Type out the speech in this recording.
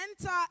Enter